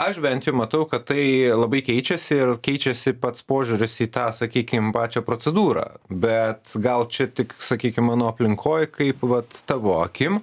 aš bent jau matau kad tai labai keičiasi ir keičiasi pats požiūris į tą sakykim pačią procedūrą bet gal čia tik sakykim mano aplinkoj kaip vat tavo akim